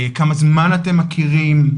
כמה זמן אתם מכירים,